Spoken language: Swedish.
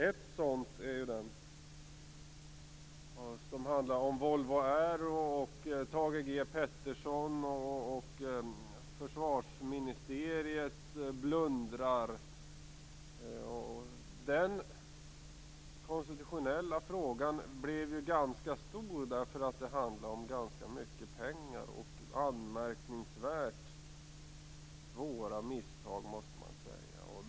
Ett sådant är ju det som handlar om Volvo Aero, Thage G Peterson och försvarsministeriets blundrar. Den konstitutionella frågan blev ju ganska stor eftersom det handlar om ganska mycket pengar och anmärkningsvärt svåra misstag, det måste man säga.